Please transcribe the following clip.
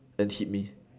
and hit me